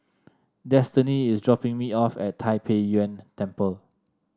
Destiney is dropping me off at Tai Pei Yuen Temple